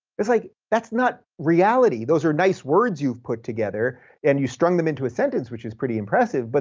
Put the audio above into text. it's like that's not reality. those are nice words you've put together and you've strung them into a sentence, which is pretty impressive, but